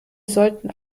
sollten